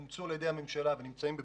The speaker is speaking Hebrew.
הם אומצו על ידי הממשלה ונמצאים בביצוע,